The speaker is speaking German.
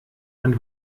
man